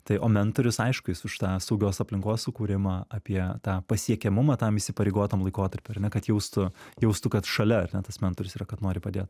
tai o mentorius aišku jis už tą saugios aplinkos sukūrimą apie tą pasiekiamumą tam įsipareigotam laikotarpiui ar ne tam kad jaustų jaustų kad šalia ar ne tas mentorius yra kad nori padėt